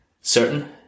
Certain